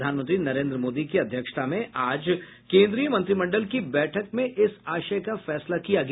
प्रधानमंत्री नरेन्द्र मोदी की अध्यक्षता में आज केन्द्रीय मंत्रिमंडल की बैठक में इस आशय का फैसला किया गया